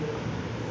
a farmer